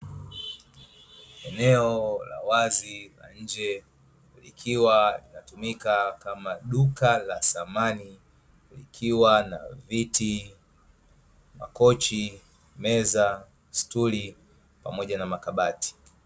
Eneo la wazi la nje likiwa linatumika kama duka la samani likiwa na viti, makochi, meza, sturi pamoja na kabati.